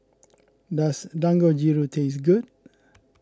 does Dangojiru taste good